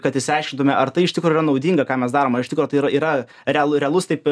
kad išsiaiškintume ar tai iš tikro yra naudinga ką mes darom ar iš tikro tai ir yra realu realus taip